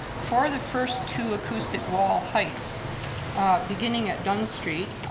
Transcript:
for the first two acoustic wall heights beginning at dunn street,